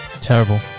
Terrible